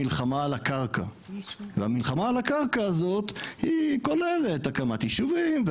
המלחמה על הקרקע והמלחמה על הקרקע הזאת היא כוללת הקמת יישובים,